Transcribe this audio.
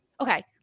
okay